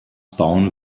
bauen